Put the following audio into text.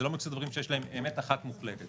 זה לא מסוג הדברים שיש להם אמת אחת מוחלטת